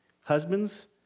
Husbands